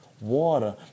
water